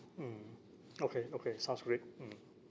mm okay okay sounds great mm